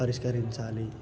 పరిష్కరించాలి